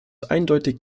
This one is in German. eindeutig